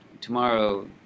tomorrow